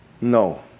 No